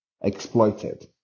exploited